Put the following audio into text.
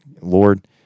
Lord